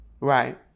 Right